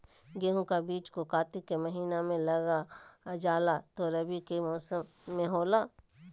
गेहूं का बीज को कार्तिक के महीना में लगा जाला जो रवि के मौसम में होला